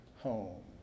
home